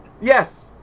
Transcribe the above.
Yes